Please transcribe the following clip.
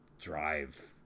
drive